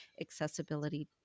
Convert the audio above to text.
accessibility